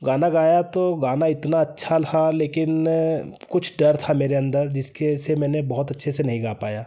गाना गाया तो गाना इतना अच्छा था लेकिन कुछ डर था मेरे अंदर जिसके वजह से मैं बहुत अच्छे से नहीं गा पाया